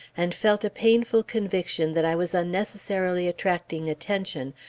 and felt a painful conviction that i was unnecessarily attracting attention,